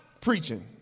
preaching